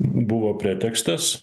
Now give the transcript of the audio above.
buvo pretekstas